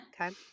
Okay